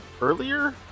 earlier